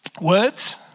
words